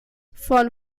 von